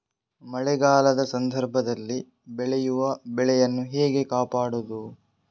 ಮಳೆಗಾಲದ ಸಂದರ್ಭದಲ್ಲಿ ಬೆಳೆಯುವ ಬೆಳೆಗಳನ್ನು ಹೇಗೆ ಕಾಪಾಡೋದು?